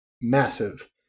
massive